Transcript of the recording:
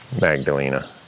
Magdalena